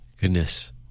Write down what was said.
Goodness